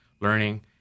learning